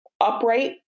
upright